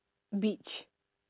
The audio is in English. beach